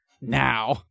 now